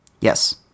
Yes